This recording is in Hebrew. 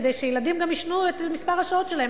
כדי שילדים גם יישנו את מספר השעות שלהם.